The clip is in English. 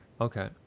Okay